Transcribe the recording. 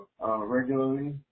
regularly